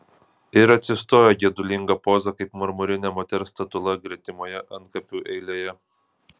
ir atsistojo gedulinga poza kaip marmurinė moters statula gretimoje antkapių eilėje